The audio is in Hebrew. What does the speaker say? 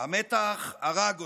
"המתח הרג אותי.